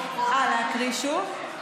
אה, להקריא שוב?